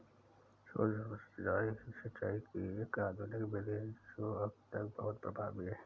सूक्ष्म सिंचाई, सिंचाई की एक आधुनिक विधि है जो अब तक बहुत प्रभावी है